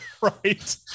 Right